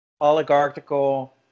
oligarchical